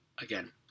again